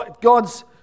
God's